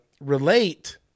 relate